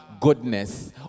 goodness